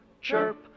chirp